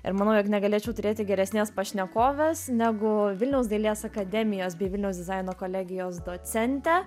ir manau jog negalėčiau turėti geresnės pašnekovės negu vilniaus dailės akademijos bei vilniaus dizaino kolegijos docentė